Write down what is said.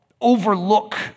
overlook